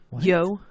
Yo